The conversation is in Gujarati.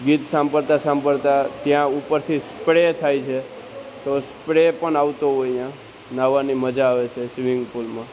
ગીત સાંભળતા સાંભળતા ત્યાં ઉપરથી સ્પ્રે થાય છે તો સ્પ્રે પણ આવતો હોય ત્યાં ન્હાવાની મજા આવે છે સ્વીમિંગ પુલમાં